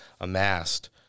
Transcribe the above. amassed